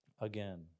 again